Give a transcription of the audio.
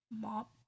Mop